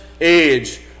age